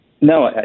No